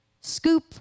scoop